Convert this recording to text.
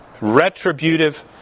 retributive